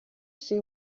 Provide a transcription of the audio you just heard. see